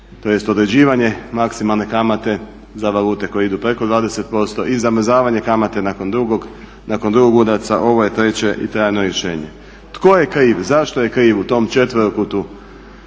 tj. određivanje maksimalne kamate za valute koje idu preko 20% i zamrzavanje kamate nakon drugog udarca, ovo je treće i trajno rješenje. Tko je kriv, zašto je kriv u tom četverokutu